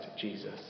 Jesus